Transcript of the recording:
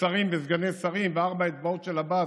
ושרים וסגני שרים וארבע אצבעות של עבאס,